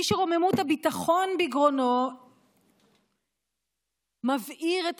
מי שרוממות הביטחון בגרונו מבעיר את